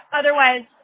otherwise